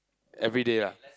every day lah